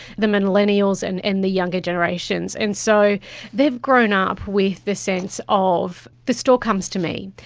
the millennials and and the younger generations. and so they've grown up with the sense of the store comes to me.